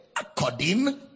according